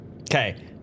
okay